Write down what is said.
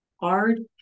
hard